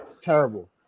terrible